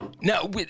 no